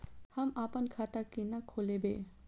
हम आपन खाता केना खोलेबे?